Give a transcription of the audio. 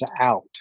out